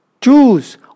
Choose